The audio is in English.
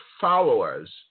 followers